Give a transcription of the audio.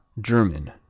german